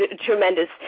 tremendous